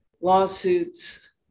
lawsuits